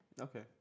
okay